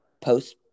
post